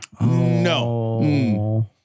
No